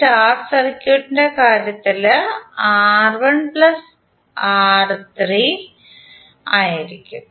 star സർക്യൂട്ടിന്റെ കാര്യത്തിൽ R1 plus R3 R1R3 ആയിരിക്കും